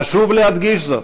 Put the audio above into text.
חשוב להדגיש זאת,